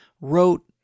wrote